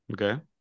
Okay